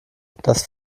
das